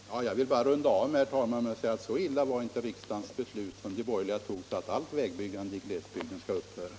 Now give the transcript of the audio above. Herr talman! Jag vill bara runda av med att säga att så dåligt var inte riksdagens beslut, att allt vägbyggande i glesbygden måste upphöra.